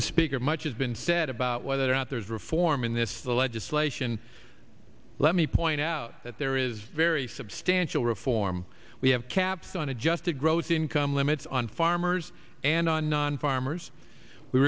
the speaker much has been said about whether or not there's reform in this legislation let me point out that there is very substantial reform we have caps on adjusted gross income limits on farmers and on non farmers we